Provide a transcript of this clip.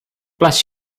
bless